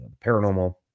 paranormal